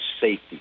safety